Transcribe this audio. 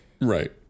right